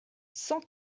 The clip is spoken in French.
cent